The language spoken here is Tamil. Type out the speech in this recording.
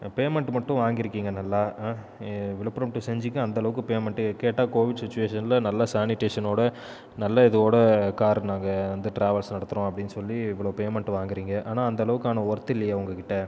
பேமண்ட் மட்டும் வாங்கிருக்கீங்கள் நல்லா விழுப்புரம் டூ செஞ்சிக்கு அந்த அளவுக்கு பேமண்ட் கேட்டால் கோவிட் சிச்சுவேஷனில் நல்லா சானிடேஷனோடு நல்ல இதோடய கார் நாங்கள் வந்து ட்ராவல்ஸ் நடத்துகிறோம் அப்படின்னு சொல்லி இவ்வளோ பேமண்ட் வாங்குறீங்க ஆனால் அந்த அளவுக்கான வொர்த் இல்லையே உங்க கிட்ட